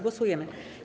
Głosujemy.